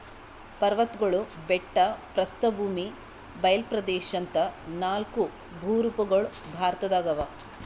ಪರ್ವತ್ಗಳು ಬೆಟ್ಟ ಪ್ರಸ್ಥಭೂಮಿ ಬಯಲ್ ಪ್ರದೇಶ್ ಅಂತಾ ನಾಲ್ಕ್ ಭೂರೂಪಗೊಳ್ ಭಾರತದಾಗ್ ಅವಾ